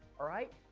alright,